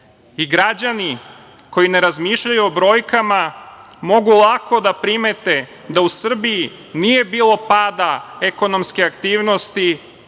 Građani koji ne razmišljaju o brojkama mogu lako da primete da u Srbiji nije bilo pada ekonomske aktivnosti,